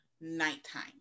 nighttime